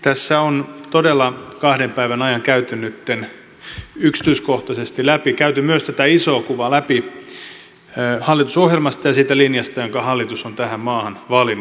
tässä on todella kahden päivän ajan käyty nyt yksityiskohtaisesti läpi käyty myös tätä isoa kuvaa läpi hallitusohjelmasta ja siitä linjasta jonka hallitus on tähän maahan valinnut